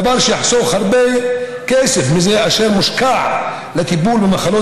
דבר שיחסוך הרבה כסף אשר מושקע לטיפול במחלות